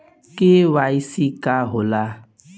KYC का होला?